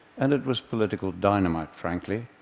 and it was political dynamite, frankly.